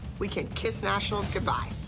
we can kiss nationals goodbye.